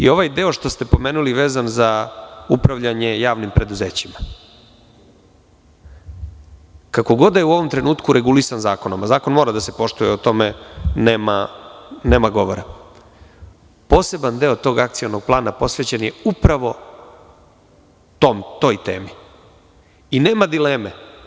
Ovaj deo koji ste pomenuli, vezan za upravljanje javnim preduzećima, kako god da je u ovom trenutku regulisan zakonom, a zakon mora da se poštuje, o tome nema govora, poseban deo tog akcionog plana posvećen je upravo toj temi i nema dileme.